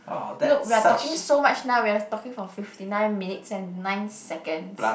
look we are talking so much now we are talking for fifty nine minutes and nine seconds